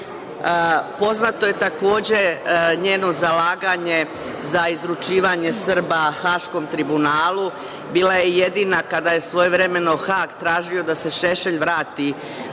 član. Poznato je takođe njeno zalaganje za izručivanje Srba Haškom tribunalu. Bila je jedina kada je svojevremeno Hag tražio da se Šešelj vrati,